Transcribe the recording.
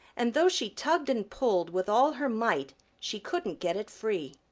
and though she tugged and pulled with all her might she couldn't get it free.